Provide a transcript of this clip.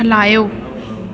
हलायो